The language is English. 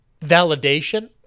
validation